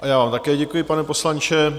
A já vám také děkuji, pane poslanče.